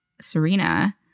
Serena